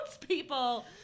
people